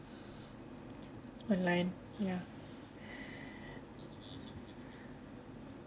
online ya